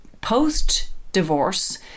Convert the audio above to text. post-divorce